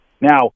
Now